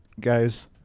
guys